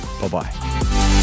Bye-bye